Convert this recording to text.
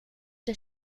der